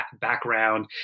background